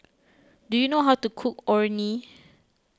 do you know how to cook Orh Nee